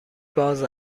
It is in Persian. باز